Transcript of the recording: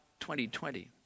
2020